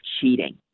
cheating